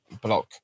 block